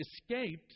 escaped